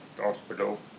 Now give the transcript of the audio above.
Hospital